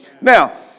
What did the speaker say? Now